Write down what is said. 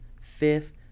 fifth